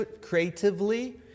creatively